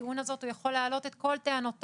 הטיעון הזאת הוא יכול להעלות את כל טענותיו,